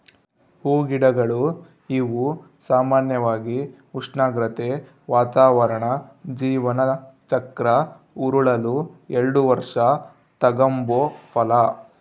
ಹೂಗಿಡಗಳು ಇವು ಸಾಮಾನ್ಯವಾಗಿ ಉಷ್ಣಾಗ್ರತೆ, ವಾತಾವರಣ ಜೀವನ ಚಕ್ರ ಉರುಳಲು ಎಲ್ಡು ವರ್ಷ ತಗಂಬೋ ಫಲ